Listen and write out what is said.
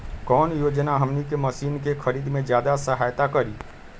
कौन योजना हमनी के मशीन के खरीद में ज्यादा सहायता करी?